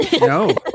no